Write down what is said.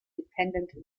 dependent